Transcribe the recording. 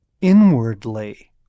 inwardly